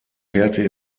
kehrte